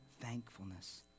thankfulness